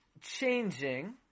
changing